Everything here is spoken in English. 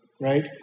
right